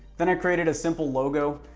then i created a simple logo.